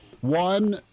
One